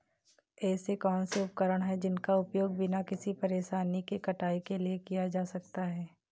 ऐसे कौनसे उपकरण हैं जिनका उपयोग बिना किसी परेशानी के कटाई के लिए किया जा सकता है?